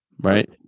right